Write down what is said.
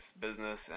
business